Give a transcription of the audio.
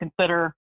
consider